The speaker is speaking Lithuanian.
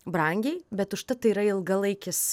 brangiai bet užtat tai yra ilgalaikis